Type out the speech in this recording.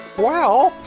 well,